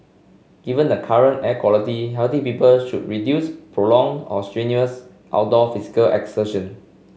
given the current air quality healthy people should reduce prolong or strenuous outdoor physical exertion